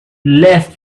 left